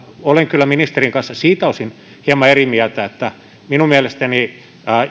olen kyllä ministerin kanssa siltä osin hieman eri mieltä että minun mielestäni